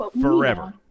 forever